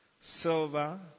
silver